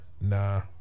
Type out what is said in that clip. Nah